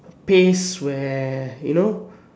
pace where you know